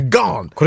gone